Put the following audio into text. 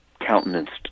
countenanced